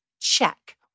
Check